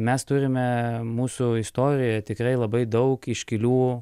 mes turime mūsų istorijoje tikrai labai daug iškilių